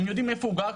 הם יודעים איפה הוא גר,